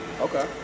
Okay